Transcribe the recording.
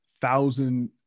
thousand